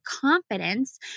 confidence